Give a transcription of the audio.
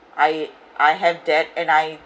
I I have that and I